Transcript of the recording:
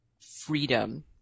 freedom